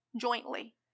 jointly